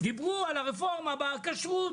שדיברו על הרפורמה והכשרות,